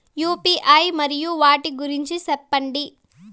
UPI మరియు వాటి గురించి సెప్పండి?